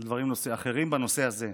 על דברים אחרים בנושא הזה.